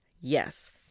Yes